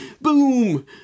Boom